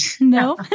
No